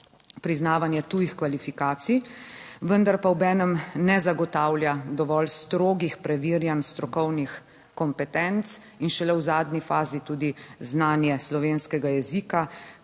priznavanje tujih kvalifikacij, vendar pa obenem ne zagotavlja dovolj strogih preverjanj strokovnih kompetenc in šele v zadnji fazi tudi znanje slovenskega jezika,